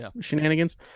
shenanigans